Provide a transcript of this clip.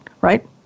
right